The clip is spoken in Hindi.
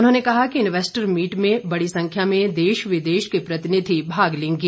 उन्होंने कहा कि इन्वेस्टर मीट में बड़ी संख्या में देश विदेश के प्रतिनिधि भाग लेंगे